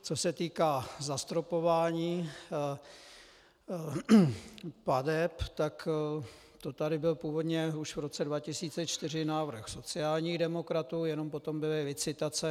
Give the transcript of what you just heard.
Co se týká zastropování plateb, tak to tady byl původně už v roce 2004 návrh sociálních demokratů, jenom potom byly licitace.